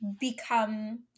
become